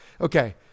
okay